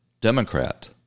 Democrat